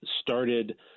started